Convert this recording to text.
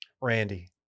Randy